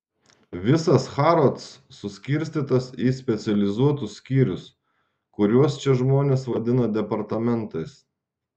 visas harrods suskirstytas į specializuotus skyrius kuriuos čia žmonės vadina departamentais